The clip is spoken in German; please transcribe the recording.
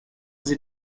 sie